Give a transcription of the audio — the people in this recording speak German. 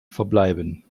verbleiben